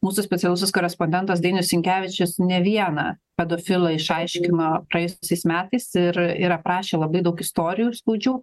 mūsų specialusis korespondentas dainius sinkevičius ne vieną pedofilą išaiškino praėjusiais metais ir ir aprašė labai daug istorijų skaudžių